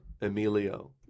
Emilio